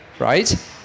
Right